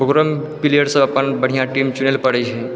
ओकरोमे प्लेयर सब अप्पन बढ़िऑं टीम चुनैला परै छै